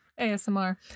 ASMR